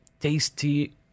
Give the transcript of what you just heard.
tasty